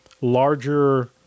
larger